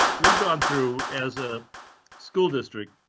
we've gone through as a school district.